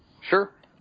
Sure